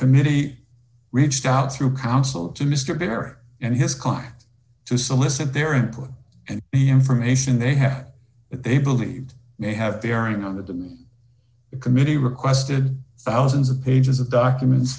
committee reached out through counsel to mr barrett and his contact to solicit their input and the information they have they believe they have bearing on the committee requested thousands of pages of documents